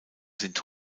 sind